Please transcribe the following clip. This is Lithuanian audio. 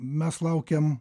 mes laukiam